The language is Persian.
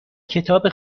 کتاب